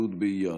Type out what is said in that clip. בי' באייר.